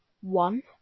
one